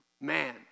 Man